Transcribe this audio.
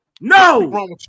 No